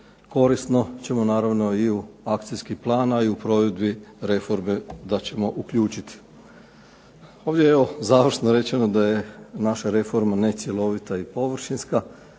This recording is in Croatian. korisno ćemo i u akacijski plan i u provedbi reforme da ćemo uključiti. Ovdje je završno rečeno da je naša reforma ne cjelovita i površinska.